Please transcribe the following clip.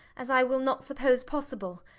as i will not suppose possible,